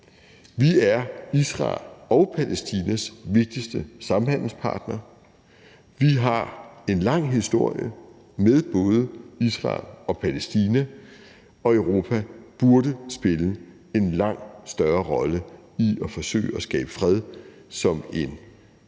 Vi er Israels og Palæstinas vigtigste samhandelspartner. Vi har en lang historie med både Israel og Palæstina, og Europa burde spille en langt større rolle i at forsøge at skabe fred som en